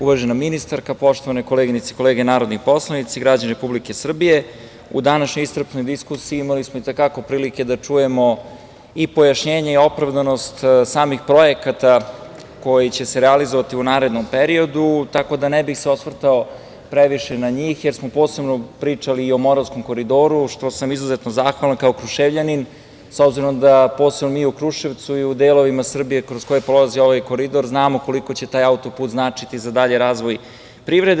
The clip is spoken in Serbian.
Uvažena ministarka, poštovane koleginice i kolege narodni poslanici, građani Republike Srbije, u današnjoj iscrpnoj diskusiji imali smo i te kako prilike da čujemo i pojašnjenje i opravdanost samih projekata koji će se realizovati u narednom periodu, tako da se ne bih osvrtao previše na njih, jer smo posebno pričali i o Moravskom koridoru, na čemu sam izuzetno zahvalan, kao Kruševljanin, s obzirom da posebno mi u Kruševcu i u delovima Srbije kroz koje prolazi ovaj koridor znamo koliko će taj auto-put značiti za dalji razvoj privrede.